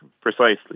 Precisely